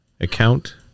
account